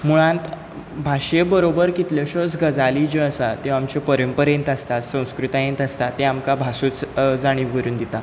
मुळांत भाशे बरोबर कितल्योश्योच गजाली ज्यो आसा त्यो आमच्यो परंपरेंत आसता संस्कृतायेंत आसता तें आमकां भासूच जाणीव करून दिता